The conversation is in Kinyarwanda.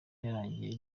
yarangiye